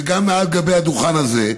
וגם מעל הדוכן הזה,